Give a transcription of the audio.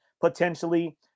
potentially